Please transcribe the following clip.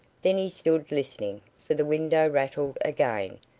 then he stood listening, for the window rattled again,